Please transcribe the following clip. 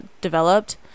developed